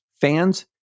Fans